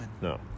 No